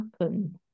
happen